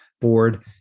Board